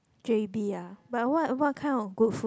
j_b ah but what what kind of good food